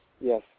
Yes